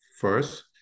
first